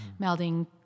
melding